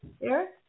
eric